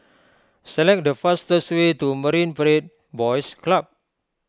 select the fastest way to Marine Parade Boys Club